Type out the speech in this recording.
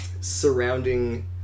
surrounding